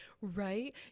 Right